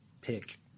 pick